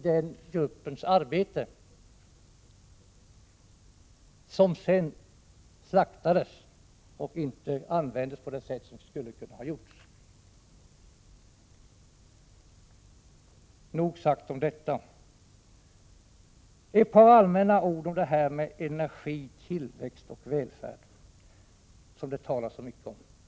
Men gruppens arbete har sedan slaktats och inte använts på det sätt som skulle ha varit möjligt. Nog sagt om detta. Så, herr talman, några allmänna ord om energi, tillväxt och välfärd, som det talats så mycket om.